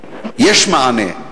יש מענה.